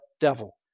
devil